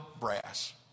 brass